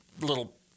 little